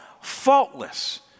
faultless